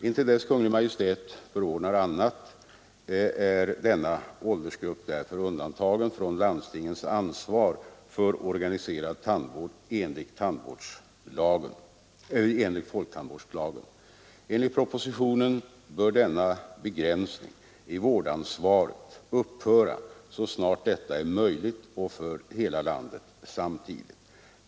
Intill dess Kungl. Maj:t förordnar annat är denna åldersgrupp därför undantagen från landstingens ansvar för organiserad tandvård enligt folktandvårdslagen. Enligt propositionen bör denna begränsning i vårdansvaret upphöra så snart detta är möjligt och för hela landet samtidigt.